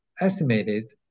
estimated